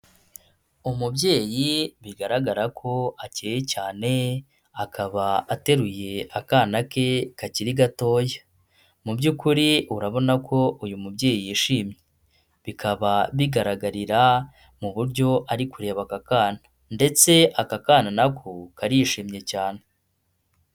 Umubyeyi bigaragara ko acyeye cyane akaba ateruye akana ke kakiri gatoya ,mu by'ukuri urabona ko uyu mubyeyi yishimye bikaba bigaragarira mu buryo ari kureba aka kana, ndetse aka kana nako karishimye cyane.